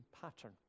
pattern